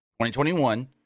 2021